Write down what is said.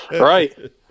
Right